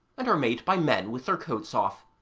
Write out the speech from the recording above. and are made by men with their coats off,